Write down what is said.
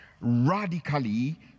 radically